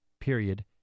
Period